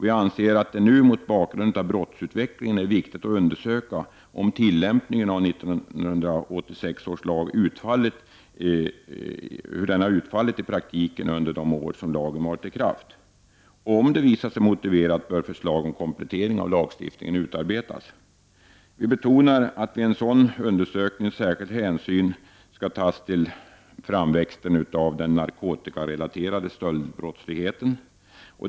Vi anser att det nu mot bakgrunden av brottsutvecklingen är viktigt att undersöka hur tillämpningen av 1986 års lag utfallit i praktiken under de år lagen har varit i kraft. Om det visar sig motiverat bör förslag om komplettering av lagstiftningen utarbetas. Vi betonar att vid en sådan undersökning bör särskild hänsyn tas till framväxten av den narkotikarelaterade stöldbrottsligheten.